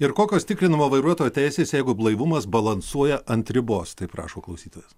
ir kokios tikrinama vairuotojo teisės jeigu blaivumas balansuoja ant ribos taip rašo klausytojas